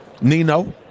Nino